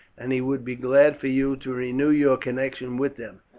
and he would be glad for you to renew your connection with them,